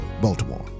Baltimore